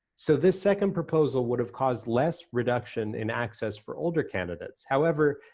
so this second proposal would have caused less reduction in access for older candidates. however,